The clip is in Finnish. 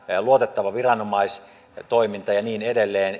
luotettava viranomaistoiminta ja niin edelleen